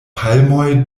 palmoj